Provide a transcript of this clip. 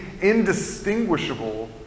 indistinguishable